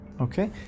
Okay